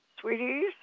Sweetie's